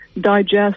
digest